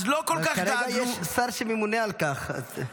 אבל כרגע יש שר שממונה על כך.